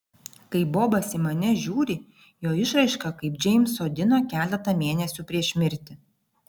kai bobas į mane žiūri jo išraiška kaip džeimso dino keletą mėnesių prieš mirtį